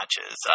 matches